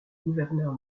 gouverneur